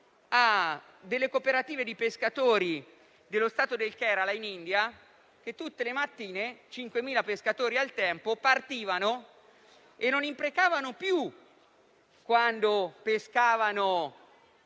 a delle cooperative di pescatori dello stato del Kerala in India che tutte le mattine - 5.000 pescatori, al tempo - partivano e non imprecavano più quando pescavano